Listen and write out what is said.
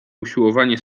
usiłowanie